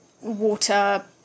water